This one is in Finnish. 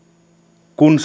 kun